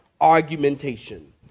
argumentation